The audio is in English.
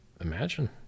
Imagine